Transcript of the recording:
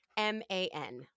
M-A-N